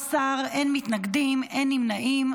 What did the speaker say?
17, אין מתנגדים, אין נמנעים.